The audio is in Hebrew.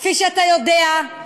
כפי שאתה יודע,